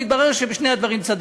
התברר שבשני הדברים צדקתי.